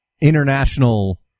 international